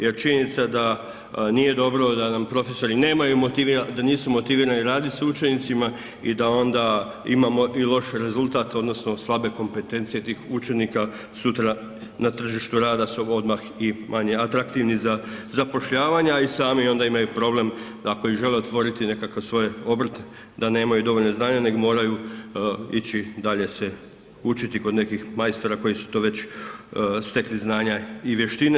Jer činjenica da nije dobro da nam profesori nisu motivirani raditi s učenicima i da onda imamo i loš rezultat odnosno slabe kompetencije tih učenika sutra na tržištu rada su odmah i manje atraktivni za zapošljavanje, a i sami onda imaju problem da ako i žele otvoriti nekakav svoj obrt da nemaju dovoljno znanja nego moraju ići dalje se učiti kod nekih majstora koji su to već stekli znanja i vještine.